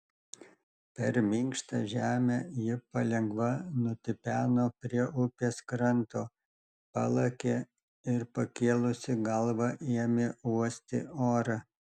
per minkštą žemę ji palengva nutipeno prie upės kranto palakė ir pakėlusi galvą ėmė uosti orą